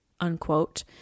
Unquote